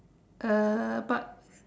uh but